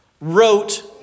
wrote